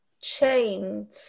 chained